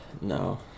No